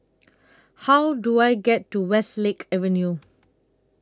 How Do I get to Westlake Avenue